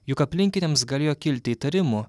juk aplinkiniams galėjo kilti įtarimų